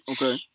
Okay